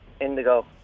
Indigo